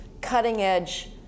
cutting-edge